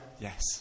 Yes